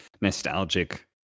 nostalgic